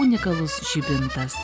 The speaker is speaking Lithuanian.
unikalus žibintas